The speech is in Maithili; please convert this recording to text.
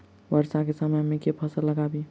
वर्षा केँ समय मे केँ फसल लगाबी?